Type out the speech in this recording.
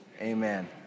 Amen